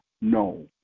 no